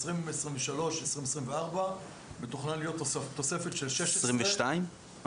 ב-2023-2024 מתוכננת להיות תוספת של 16.5 מיליון שקלים.